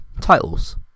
titles